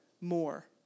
more